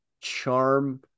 charm